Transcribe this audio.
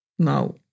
Now